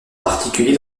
particulier